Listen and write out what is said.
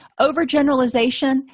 Overgeneralization